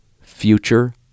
Future